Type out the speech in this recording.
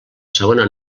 segona